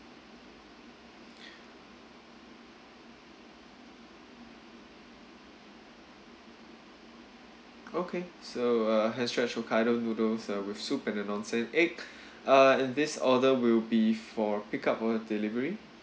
okay so uh hand stretch hokkaido noodles uh with soup and an onsen egg uh and this order will be for pick up or delivery